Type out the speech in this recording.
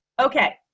Okay